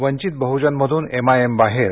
वंचित बहुजन मधून एमआयएम बाहर